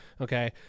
okay